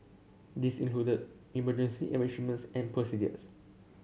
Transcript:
this included emergency and procedures